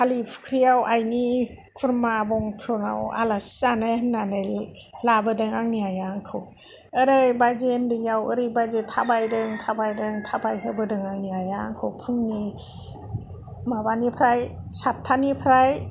खालिफुख्रियाव आइनि खुरमा बंस'नाव आलासि जानो होननानै लांनो लाबोदों आंनि आइया आंखौ ओरैबादि उन्दैयाव ओरैबादि थाबायदों थाबायदों थाबायहोबोदों आंनि आइआआंखौ फुंनि माबानिफ्राय सातथानिफ्राय